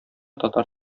татар